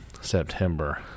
September